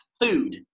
food